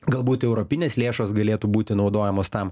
galbūt europinės lėšos galėtų būti naudojamos tam